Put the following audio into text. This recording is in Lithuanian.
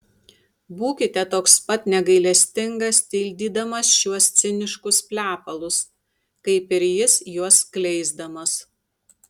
būkite toks pat negailestingas tildydamas šiuos ciniškus plepalus kaip ir jis juos skleisdamas